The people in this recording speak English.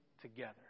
together